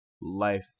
life